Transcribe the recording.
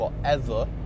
forever